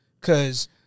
Cause